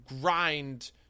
grind